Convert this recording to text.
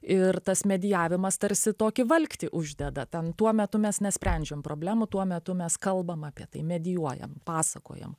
ir tas mediavimas tarsi tokį valktį uždeda ten tuo metu mes nesprendžiam problemų tuo metu mes kalbam apie tai medijuojam pasakojam